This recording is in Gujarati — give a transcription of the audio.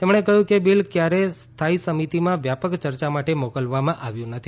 તેમણે કહ્યું કે બિલ ક્યારેય સ્થાથી સમિતિમાં વ્યાપક ચર્ચા માટે મોકલવામાં આવ્યું નથી